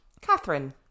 Catherine